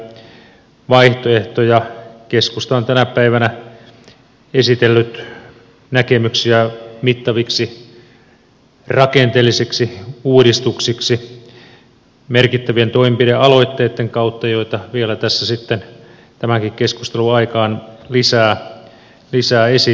keskusta on tänä päivänä esitellyt näkemyksiä mittaviksi rakenteellisiksi uudistuksiksi merkittävien toimenpidealoitteitten kautta joita vielä sitten tämänkin keskustelun aikaan lisää esitellään